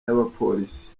y’abapolisi